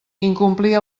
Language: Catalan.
incomplir